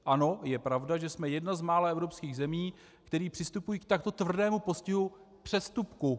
Ano, je pravda, že jsme jedna z mála evropských zemí, které přistupují k takto tvrdému postihu přestupku.